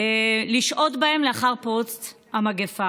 לשהות בהן לאחר פרוץ המגפה.